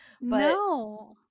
No